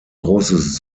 großes